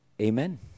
Amen